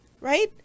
right